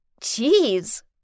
Geez